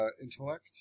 intellect